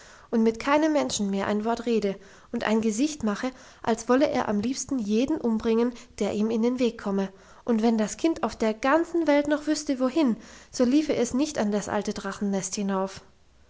und mit keinem menschen mehr ein wort rede und ein gesicht mache als wolle er am liebsten jeden umbringen der ihm in den weg komme und wenn das kind auf der ganzen welt noch wüsste wohin so liefe es nicht in das alte drachennest hinauf